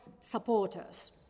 supporters